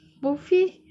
buffet